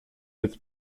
sept